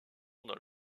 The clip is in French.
dans